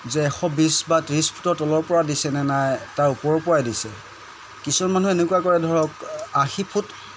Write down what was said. যে এশ বিছ বা ত্ৰিছ ফুটৰ তলৰপৰা দিছে নে নাই তাৰ ওপৰৰপৰাই দিছে কিছু মানুহে এনেকুৱা কৰে ধৰক আশী ফুট